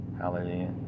Hallelujah